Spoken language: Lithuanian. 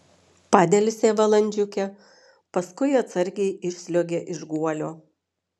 padelsė valandžiukę paskui atsargiai išsliuogė iš guolio